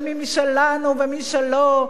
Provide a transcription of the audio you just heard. של מי משלנו ומי שלא,